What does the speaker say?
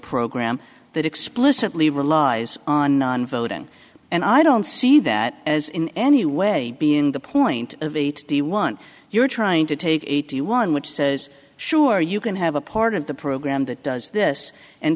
program that explicitly relies on voting and i don't see that as in any way being the point of eight the one you're trying to take eighty one which says sure you can have a part of the program that does this and